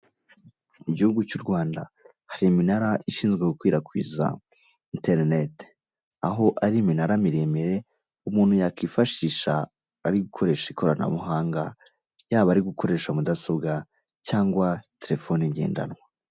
Mu gihugu cy'u Rwanda hari iminara ishinzwe gukwirakwiza interineti, aho ari iminara miremire umuntu yakwifashisha ari gukoresha ikoranabuhanga yaba ari gukoresha mudasobwa cyangwa terefone ngendanwa.